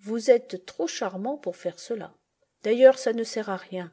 vous êtes trop charmant pour faire cela d'ailleurs ça ne sert à rien